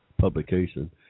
publication